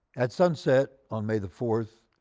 at sunset on may the fourth,